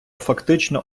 фактично